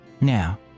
Now